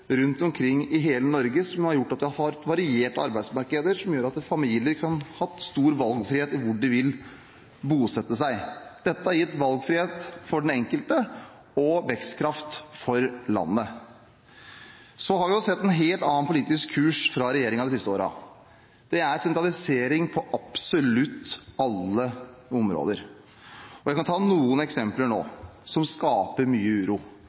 rundt omkring i hele Norge. Det har gjort at vi har varierte arbeidsmarkeder, som gjør at familier kan ha stor valgfrihet i hvor de vil bosette seg. Dette har gitt valgfrihet for den enkelte og vekstkraft for landet. Så har vi sett en helt annen politisk kurs fra regjeringen de siste årene: Det er sentralisering på absolutt alle områder. Jeg kan ta noen eksempler nå som skaper mye uro: